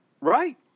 right